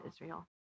Israel